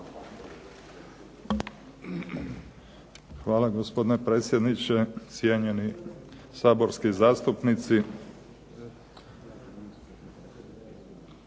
Hvala, gospodine predsjedniče. Cijenjeni saborski zastupnici.